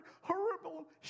horrible